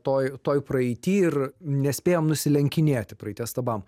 toj toj praeity ir nespėjam nusilenkinėti praeities stabam